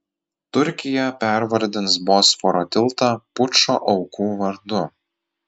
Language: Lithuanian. turkija pervardins bosforo tiltą pučo aukų vardu